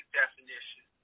definition